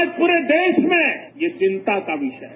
आज प्ररे देश में ये चिंता का विषय है